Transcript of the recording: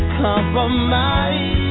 compromise